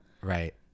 Right